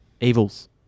Evils